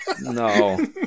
No